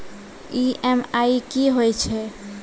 EMI कि होय छै?